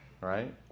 right